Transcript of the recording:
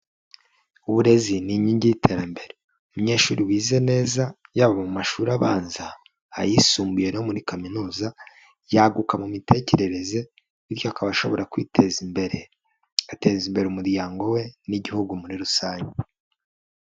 Uburezi ni inkingi y'iterambere, umunyeshuri wize neza yaba mu mashuri abanza, ayisumbuye, no muri kaminuza, yaguka mu mitekerereze, bityo akaba ashobora kwiteza imbere, agateza imbere umuryango we, n'igihugu muri rusange.